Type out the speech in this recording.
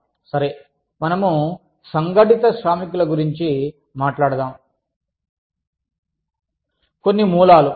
సరే మనము సంఘటిత శ్రామికుల గురించి మాట్లాడదాం కొన్ని మూలాలు